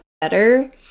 better